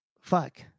fuck